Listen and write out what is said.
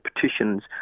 petitions